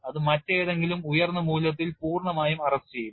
അത് മറ്റേതെങ്കിലും ഉയർന്ന മൂല്യത്തിൽ പൂർണ്ണമായും അറസ്റ്റുചെയ്യും